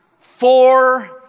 four